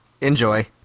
Enjoy